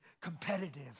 competitive